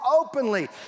openly